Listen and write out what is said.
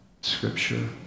Scripture